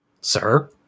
Sir